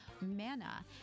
manna